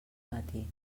matí